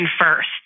first